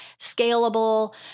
scalable